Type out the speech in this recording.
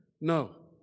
No